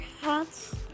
hats